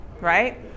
right